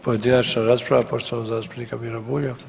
Pojedinačna rasprava poštovanog zastupnika Mira Bulja.